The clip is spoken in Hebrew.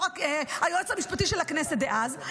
היועץ המשפטי של הכנסת דאז,